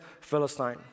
Philistine